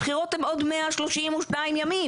הבחירות הן עוד 132 ימים.